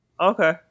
Okay